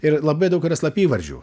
ir labai daug yra slapyvardžių